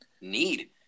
need